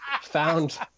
found